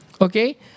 Okay